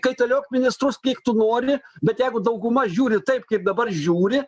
kaitaliok ministrus kiek tu nori bet jeigu dauguma žiūri taip kaip dabar žiūri